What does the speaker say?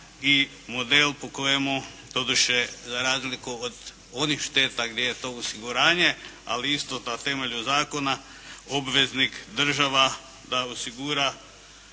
i model po kojemu, doduše za razliku od onih šteta gdje je to osiguranje, ali isto na temelju zakona, obveznik država da osigura